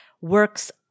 works